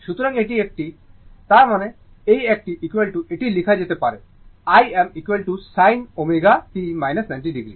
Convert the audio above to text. সুতরাং এটি একটি তার মানে এই একটি এটি লেখা যেতে পারে Im sin ω t 90o